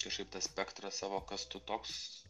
kažkaip tą spektrą savo kas tu toks